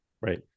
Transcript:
Right